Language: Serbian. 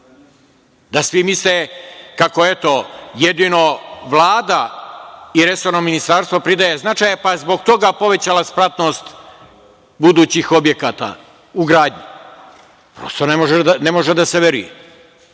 da svi misle kako, eto, jedino Vlada i resorno ministarstvo pridaje značaja, pa zbog toga povećala spratnost budućih objekata u gradnji. Prosto ne može da se